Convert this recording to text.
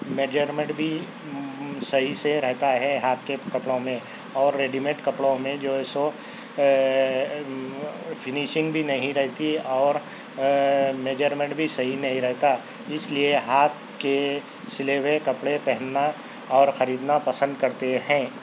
measurement بھی صحیح سے رہتا ہے ہاتھ کے کپڑوں میں اور ریڈی مٹ کپڑوں میں جو سو فنیشنگ بھی نہیں رہتی اور میجرمینٹ بھی صحیح نہیں رہتا اِس لئے ہاتھ کے سلے ہوئے کپڑے پہننا اور خریدنا پسند کرتے ہیں